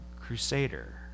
crusader